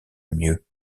mieux